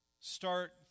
Start